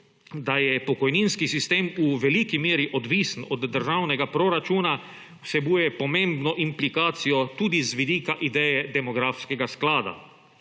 da je pokojninski sistem v veliki meri odvisen od državnega proračuna, vsebuje pomembno implikacijo tudi z vidika ideje demografskega sklada.